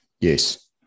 Yes